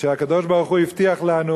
שהקדוש-ברוך-הוא הבטיח לנו